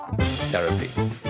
Therapy